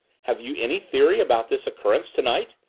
have you any theory about this occurrence to-night?